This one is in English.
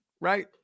right